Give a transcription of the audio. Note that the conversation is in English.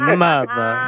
mother